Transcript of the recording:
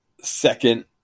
second